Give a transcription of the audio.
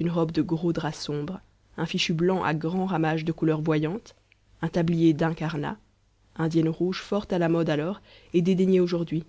une robe de gros drap sombre un fichu blanc à grands ramages de couleurs voyantes un tablier d'incarnat indienne rouge fort à la mode alors et dédaignée aujourd'hui